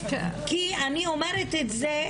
כי אני אומרת את זה,